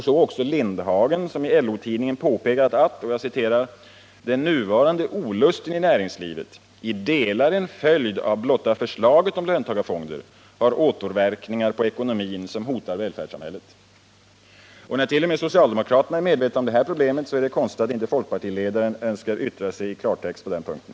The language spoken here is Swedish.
Så också av Lindhagen som i LO-tidningen påpekat att ”—-—-- den nuvarande ”olusten” i näringslivet har återverkningar på ekonomin som hotar välfärdssamhället”. När t.o.m. socialdemokraterna är medvetna om detta problem är det konstigt att folkpartiledaren inte önskar yttra sig i klartext på den punkten.